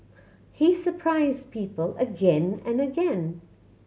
he surprised people again and again